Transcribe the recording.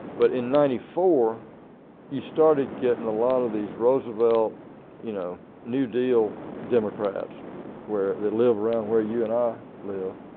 but in ninety four you started getting a lot of these roosevelt you know new deal democrats where they live around where you and i live